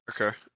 okay